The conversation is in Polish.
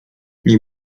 nie